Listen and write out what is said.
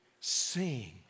sing